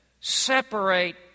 separate